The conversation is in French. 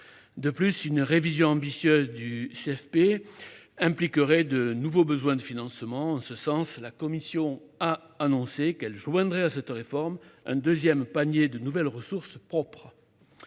De plus, une révision ambitieuse du CFP impliquerait de nouveaux besoins de financement. En ce sens, la Commission a annoncé qu'elle joindrait à cette réforme un second panier de nouvelles ressources propres.